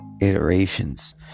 iterations